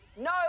No